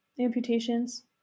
amputations